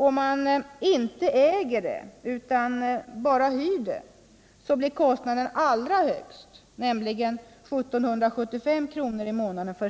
Om man inte äger huset utan bara hyr det, blir kostnaden allra högst, nämligen 1 775 kr. i månaden för